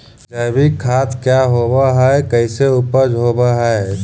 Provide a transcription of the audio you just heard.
जैविक खाद क्या होब हाय कैसे उपज हो ब्हाय?